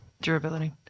Durability